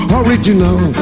original